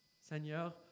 Seigneur